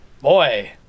boy